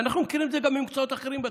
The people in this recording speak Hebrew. ואנחנו מכירים את זה גם במקצועות אחרים בצבא,